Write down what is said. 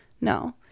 No